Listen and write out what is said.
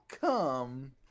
come